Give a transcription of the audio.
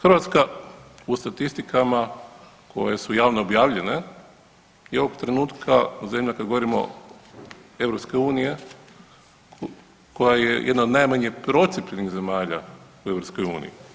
Hrvatska u statistikama koje su javno objavljene i ovog trenutka zemlja kad govorimo zemlja EU koja je jedna od najmanje procijepljenih zemalja u EU.